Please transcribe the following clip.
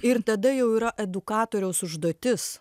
ir tada jau yra edukatoriaus užduotis